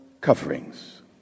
coverings